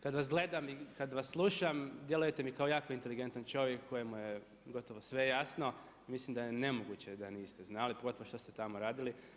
Kad vas gledam i kad vas slušam djelujete mi kao jako inteligentan čovjek kojemu je gotovo sve jasno i mislim da je nemoguće da niste znali pogotovo što ste tamo radili.